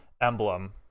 emblem